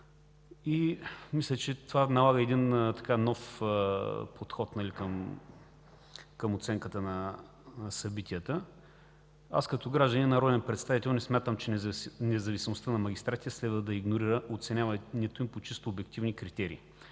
Мисля, че това налага нов подход към оценката на събитията. Аз като гражданин и народен представител не смятам, че независимостта на магистратите следва да игнорира оценяването им по чисто обективни критерии.